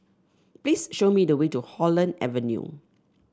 please show me the way to Holland Avenue